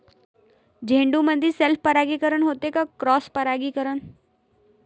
झेंडूमंदी सेल्फ परागीकरन होते का क्रॉस परागीकरन?